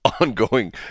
ongoing